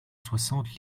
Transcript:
soixante